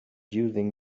using